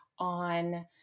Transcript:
on